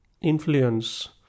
influence